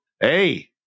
Hey